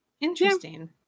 Interesting